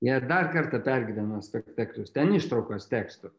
jei dar kartą pergyveno spektaklius ten ištraukos tekstų